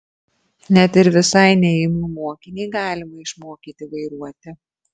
net ir visai neimlų mokinį galima išmokyti vairuoti